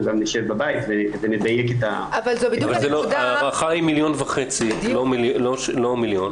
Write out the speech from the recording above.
גם נשב בבית ונדייק את ה- -- ההערכה היא 1.5 מיליון ולא 1 מיליון.